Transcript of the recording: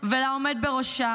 ולעומד בראשה